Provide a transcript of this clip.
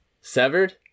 severed